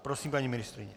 Prosím, paní ministryně.